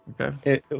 Okay